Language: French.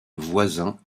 voisin